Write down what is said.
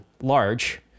large